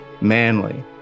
manly